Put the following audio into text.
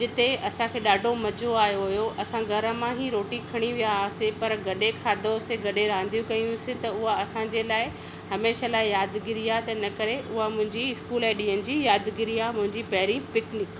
जिते असां खे ॾाढो मजो आयो हो असां घर मां ई रोटी खणी विया हुआसीं पर गॾे खाधोसीं गॾे रांदियूं कयूंसीं त उहा असां जे लाइ हमेशह लाइ यादगिरी आहे त इन करे मुंहिंजी स्कूल ॾीहनि जी यादगिरी आहे त मुंहिंजी पहिरीं पिकनिक